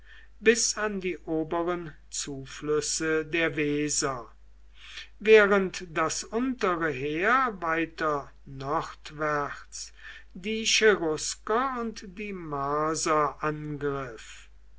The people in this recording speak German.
bis an die oberen zuflüsse der weser während das untere heer weiter nordwärts die cherusker und die marser